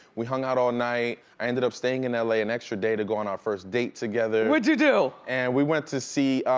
we hung out all night, i ended up staying in l a. an extra day to go on our first date together. what'd you do? and we went to see,